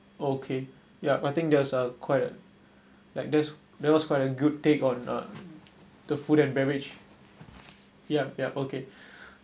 okay yup I think there was a quite a like there's there was quite a good thing on uh the food and beverage yup yup okay